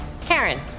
Karen